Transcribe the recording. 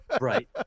Right